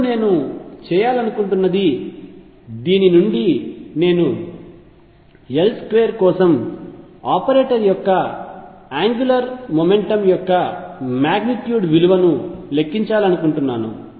ఇప్పుడు నేను చేయాలనుకుంటున్నది దీని నుండి నేను L2 కోసం ఆపరేటర్ యొక్క యాంగ్యులార్ మొమెంటమ్ యొక్క మాగ్నిట్యూడ్ విలువను లెక్కించాలనుకుంటున్నాను